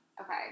Okay